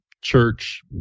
church